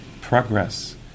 progress